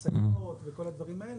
חציבות וכל הדברים האלה,